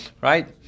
right